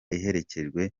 iherekejwe